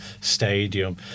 stadium